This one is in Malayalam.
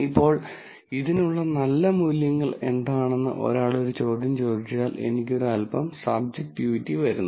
ഇപ്പോൾ ഇതിനുള്ള നല്ല മൂല്യങ്ങൾ എന്താണെന്ന് ഒരാൾ ഒരു ചോദ്യം ചോദിച്ചാൽ എനിക്കൊരു അൽപ്പം സബ്ജെക്ടിവിറ്റി വരുന്നു